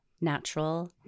natural